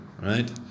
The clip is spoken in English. right